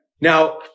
Now